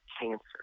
cancer